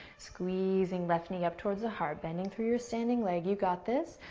squeezing left knee up towards the heart, bending through your standing leg. you got this.